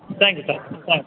thank you sir thank you